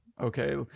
Okay